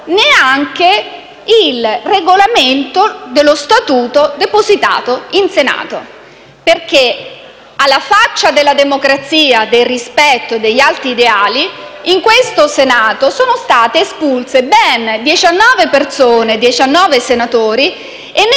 neanche il regolamento del suo statuto depositato in Senato. Infatti, alla faccia della democrazia e del rispetto degli alti ideali, in questo Senato sono state espulse dal Gruppo ben 19 persone - 19 senatori - e